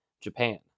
Japan